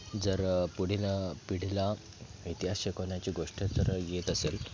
जर पुढील पिढीला इतिहास शिकवण्याची गोष्ट जर येत असेल